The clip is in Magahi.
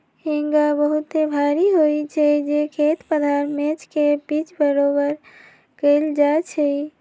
हेंगा बहुते भारी होइ छइ जे खेत पथार मैच के पिच बरोबर कएल जाइ छइ